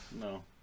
No